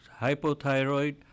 hypothyroid